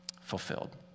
fulfilled